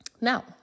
Now